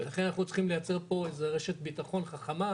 לכן אנחנו צריכים לייצר פה איזו רשת ביטחון חכמה,